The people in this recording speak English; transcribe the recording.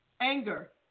Anger